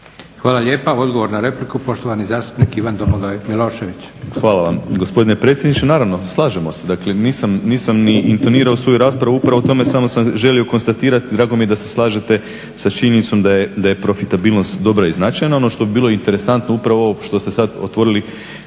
Josip (SDP)** Odgovor na repliku poštovani zastupnik Ivan Domagoj Milovšević. **Milošević, Domagoj Ivan (HDZ)** Hvala vam gospodine predsjedniče. Naravno, slažemo se, dakle nisam ni intonirao u svoju raspravu, upravo o tome, samo sam želio konstatirati. Drago mi je da se slažete sa činjenicom da je profitabilnost dobra i značajan. Ono što bi bilo interesantno, upravo ovo što ste sad otvorili